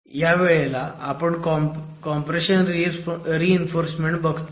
तर ह्या वेळेला आपण कॉम्प्रेशन रीइन्फोर्समेंट बघतोय